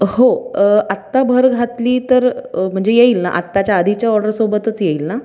हो आत्ता भर घातली तर म्हणजे येईल ना आत्ताच्या आधीच्या ऑर्डरसोबतच येईल ना